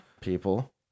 people